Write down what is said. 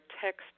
text